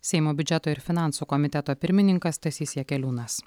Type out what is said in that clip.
seimo biudžeto ir finansų komiteto pirmininkas stasys jakeliūnas